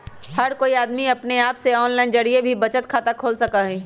हर कोई अमदी अपने आप से आनलाइन जरिये से भी बचत खाता खोल सका हई